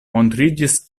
montriĝis